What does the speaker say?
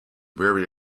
very